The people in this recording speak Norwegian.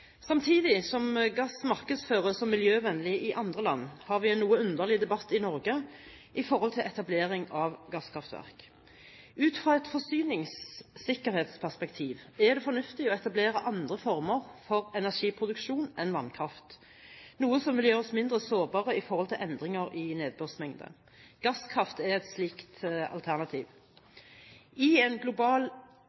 Samtidig som gass markedsføres som miljøvennlig i andre land, har vi en noe underlig debatt i Norge om etablering av gasskraftverk. Ut fra et forsyningssikkerhetsperspektiv er det fornuftig å etablere andre former for energiproduksjon enn vannkraft, noe som vil gjøre oss mindre sårbare for endringer i nedbørsmengden. Gasskraft er et slikt alternativ.